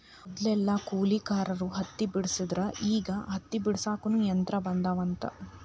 ಮದಲೆಲ್ಲಾ ಕೂಲಿಕಾರರ ಹತ್ತಿ ಬೆಡಸ್ತಿದ್ರ ಈಗ ಹತ್ತಿ ಬಿಡಸಾಕುನು ಯಂತ್ರ ಬಂದಾವಂತ